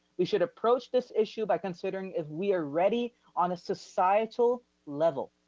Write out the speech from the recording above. we should approach this issue by considering if we are ready on a societal level,